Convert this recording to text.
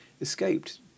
escaped